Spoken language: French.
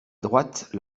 droite